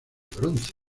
bronce